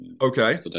Okay